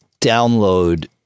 download